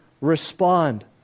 respond